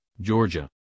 Georgia